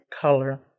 color